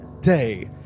day